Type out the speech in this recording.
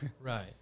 right